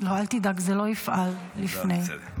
זה לא יופעל לפני.